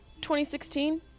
2016